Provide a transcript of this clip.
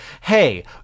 hey